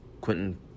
Quentin